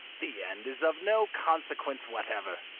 the end is of no consequence whatever.